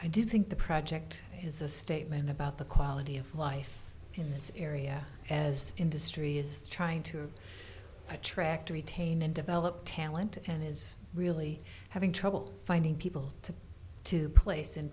i do think the project is a statement about the quality of life in this area as industry is trying to attract retain and develop talent and is really having trouble finding people to to place in